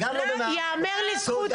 תודה.